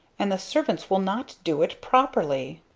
and the servants will not do it properly!